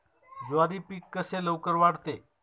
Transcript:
ज्वारी पीक कसे लवकर वाढते?